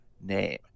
name